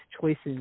choices